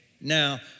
Now